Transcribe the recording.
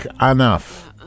enough